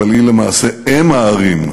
אבל היא למעשה אם הערים,